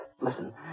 Listen